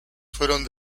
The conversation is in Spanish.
fueron